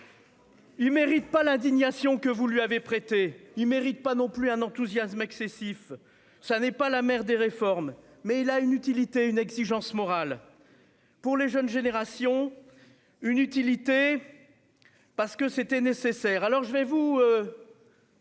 Il mérite pas l'indignation que vous lui avait prêté, il mérite pas non plus un enthousiasme excessif. Ça n'est pas la mère des réformes, mais il a une utilité une exigence morale. Pour les jeunes générations une utilité. Parce que c'était nécessaire.